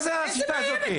מה זה השפה הזאת?